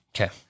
Okay